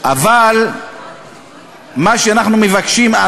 ומה שאנחנו מבקשים,